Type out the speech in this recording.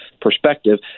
perspective